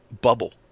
bubble